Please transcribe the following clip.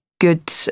good